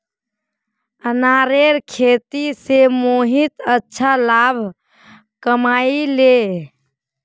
अनारेर खेती स मोहित अच्छा लाभ कमइ ले